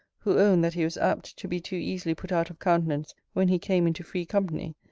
who owned that he was apt to be too easily put out of countenance when he came into free company,